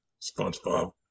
SpongeBob